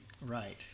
Right